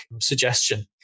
suggestion